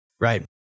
Right